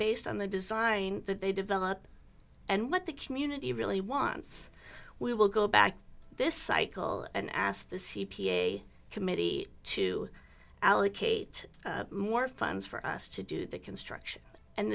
based on the design that they develop and what the community really wants we will go back this cycle and asked the c p a committee to allocate more funds for us to do the construction and